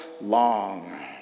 long